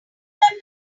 have